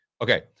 Okay